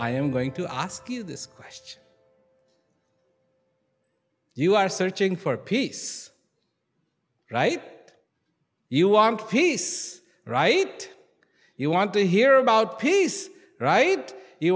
i am going to ask you this question you are searching for peace right you want peace right you want to hear about peace right you